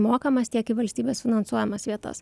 mokamas tiek į valstybės finansuojamas vietas